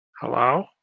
Hello